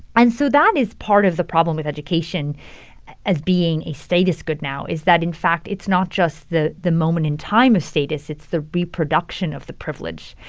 and so that is part of the problem with education as being a status good now is that in fact it's not just the the moment in time of status. it's the reproduction of the privilege.